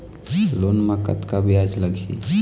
Loan म कतका ब्याज लगही?